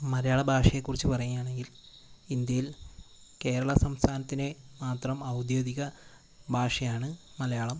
മലയാള ഭാഷയെ കുറിച്ച് പറയുകയാണെങ്കിൽ ഇന്ത്യയിൽ കേരള സംസ്ഥാനത്തിനെ മാത്രം ഔദ്യോഗിക ഭാഷയാണ് മലയാളം